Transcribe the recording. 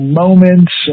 moments